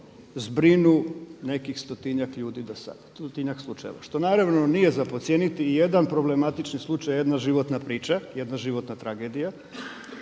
zbrinu nekih 100-njak ljudi dosad, 100-njak slučajeva. Što naravno nije za podcijeniti, i jedan problematični slučaj i jedna životna priča i jedna životna tragedija.